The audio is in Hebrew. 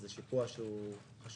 זה שיפוע שחשוב,